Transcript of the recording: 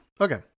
Okay